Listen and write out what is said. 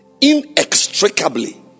Inextricably